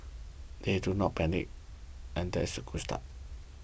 they did not panic and that's a good start